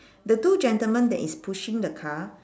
the two gentlemen that is pushing the car